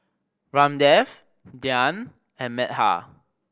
Ramdev Dhyan and Medha